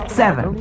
seven